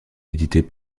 édités